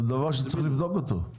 זה דבר שצריך לבדוק אותו.